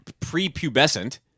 prepubescent